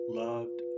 loved